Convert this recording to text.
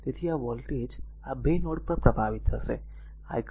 તેથી આ voltage v આ 2 નોડ પર પ્રભાવિત થશે